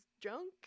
junk